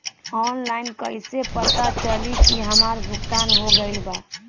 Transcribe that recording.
Online कईसे पता चली की हमार भुगतान हो गईल बा?